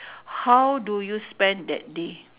how do you spend that day